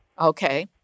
Okay